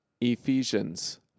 Ephesians